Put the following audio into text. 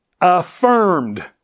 affirmed